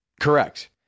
correct